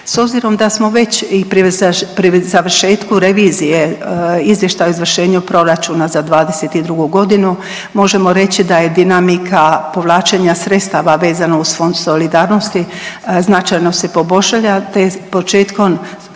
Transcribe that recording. S obzirom da smo već i pri završetku revizije Izvještaja o izvršenju proračuna za '22. g., možemo reći da je dinamika povlačenja sredstava vezano uz Fond solidarnosti, značajno se poboljšala te je početkom,